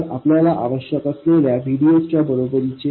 तर आपल्याला आवश्यक असलेल्याVDSच्या बरोबरीचे हे आहे